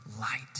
light